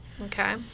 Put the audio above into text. Okay